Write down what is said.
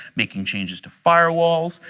making changes to firewalls,